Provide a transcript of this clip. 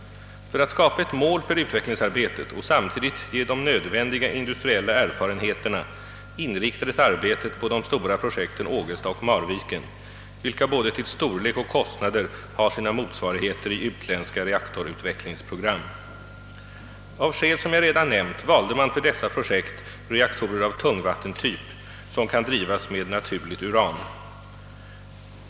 För att skapa ett mål för utvecklingsarbetet och samtidigt ge de nödvändiga industriella erfarenheterna inriktades arbetet på de stora projekten Ågesta och Marviken, vilka både till storlek och kostnader har sina motsvarigheter i utländska reaktorut vecklingsprogram. Av skäl som jag redan nämnt valde man för dessa projekt reaktorer av tungvattentyp, som kan drivas med naturligt uran.